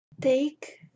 Take